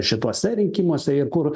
šituose rinkimuose ir kur